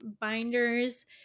binders